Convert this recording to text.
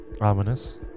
Ominous